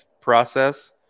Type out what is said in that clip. process